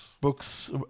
books